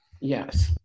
Yes